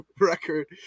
record